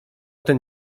ten